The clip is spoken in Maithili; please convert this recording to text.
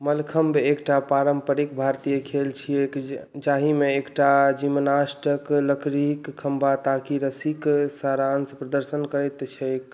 मल्लखम्भ एकटा पारम्परिक भारतीय खेल छिए जाहिमे एकटा जिम्नास्ट लकड़ीके खम्भा ताकि रस्सीके सहारासँ प्रदर्शन करैत छै